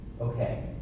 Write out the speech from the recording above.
Okay